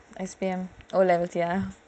oh ya S_P_M O levels ya